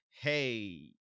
hey